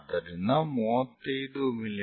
ಆದ್ದರಿಂದ 35 ಮಿ